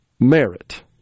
Merit